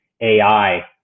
AI